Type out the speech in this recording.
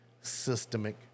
systemic